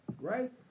Right